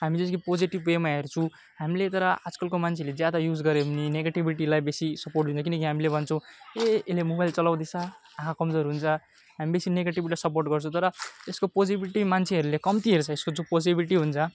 हामी जस्तो कि पोजिटिभ वेमा हेर्छु हामीले तर आजकलको मान्छेहरूले चाहिँ ज्यादा युज गर्यो भने निगेटिभिटीलाई बेसी सपोर्ट दिन्छ किनकि हामीले भन्छौँ ए यसले मोबाइल चलाउँदैछ आँखा कमजोर हुन्छ हामी बेसी निगेटिभलाई सपोर्ट गर्छु तर यसको पोजिटिभ मान्छेहरूले कम्ती हेर्छ यसको जो पोजिटिभिटी हुन्छ